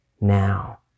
now